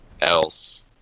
else